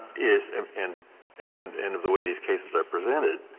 is um and and and and of the way these cases are presented,